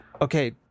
okay